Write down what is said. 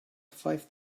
five